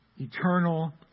eternal